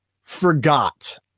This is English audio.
forgot